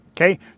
Okay